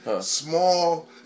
small